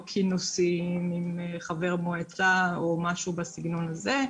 כמו כינוסים עם חבר מועצה או משהו בסגנון הזה,